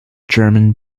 german